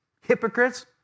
hypocrites